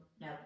no